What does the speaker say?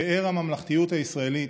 פאר הממלכתיות הישראליות,